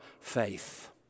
faith